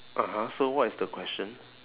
(uh huh) so what is the question